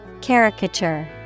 Caricature